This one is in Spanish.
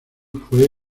fue